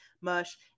mush